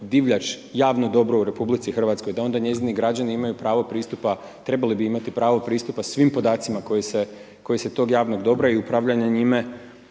divljač javno dobro u RH da onda njezini građani imaju pravo pristupa, trebali bi imati pravo pristupa svim podacima koji se tog javnog dobra i upravljanja njime